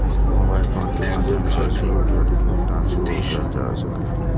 mobile phone के माध्यम सं सेहो त्वरित भुगतान सेवा कैल जा सकैए